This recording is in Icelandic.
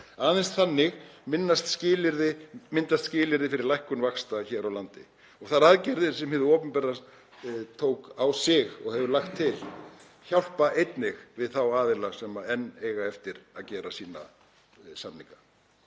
Aðeins þannig myndast skilyrði fyrir lækkun vaxta hér á landi. Þær aðgerðir sem hið opinbera tók á sig og hefur lagt til hjálpa einnig þeim aðilum sem enn eiga eftir að gera sína samninga.